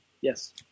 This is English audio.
Yes